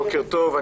בוקר טוב.